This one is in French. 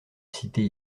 cités